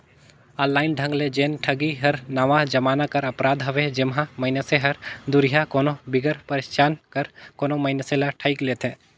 online ढंग ले जेन ठगी हर नावा जमाना कर अपराध हवे जेम्हां मइनसे हर दुरिहां कोनो बिगर पहिचान कर कोनो मइनसे ल ठइग लेथे